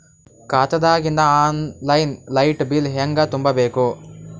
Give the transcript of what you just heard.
ಖಾತಾದಾಗಿಂದ online light bill ಹೇಂಗ ತುಂಬಾ ಬೇಕು?